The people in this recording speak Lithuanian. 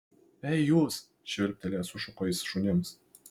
ei jūs švilptelėjęs sušuko jis šunims